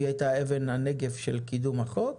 והיא הייתה אבן הנגף של קידום החוק.